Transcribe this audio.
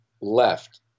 left